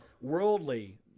worldly